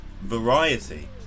Variety